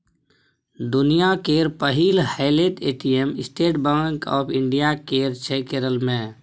दुनियाँ केर पहिल हेलैत ATM State Bank of India केर छै केरल मे